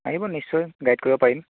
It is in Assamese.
আহিব নিশ্চয় গাইড কৰিব পাৰিম